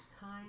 time